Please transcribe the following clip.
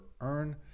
earn